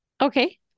Okay